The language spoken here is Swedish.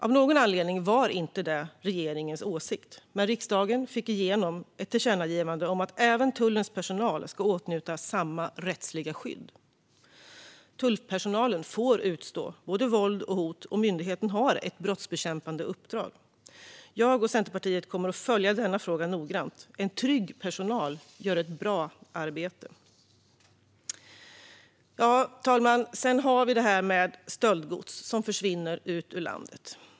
Av någon anledning var detta inte regeringens åsikt, men riksdagen fick igenom ett tillkännagivande om att tullens personal ska åtnjuta samma rättsliga skydd. Tullpersonalen får utstå både våld och hot, och myndigheten har ett brottsbekämpande uppdrag. Jag och Centerpartiet kommer att följa denna fråga noggrant. En trygg personal gör ett bra arbete. Fru talman! Sedan har vi det här med stöldgods som försvinner ut ur landet.